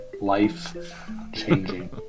Life-changing